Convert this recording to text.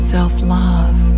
Self-love